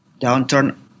downturn